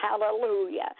hallelujah